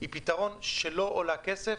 הוא פתרון שלא עולה כסף,